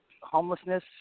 homelessness